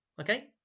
Okay